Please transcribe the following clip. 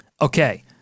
Okay